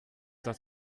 das